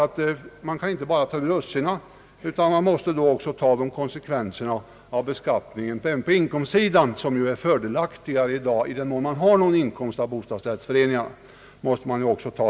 Men man kan inte bara ta russinen ur kakan utan måste då också ta konsekvenserna av beskattningen även på inkomstsidan, där den ju i den mån man har någon inkomst i bostadsrättsföreningarna är förmånligare i dag än tidigare.